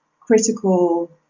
critical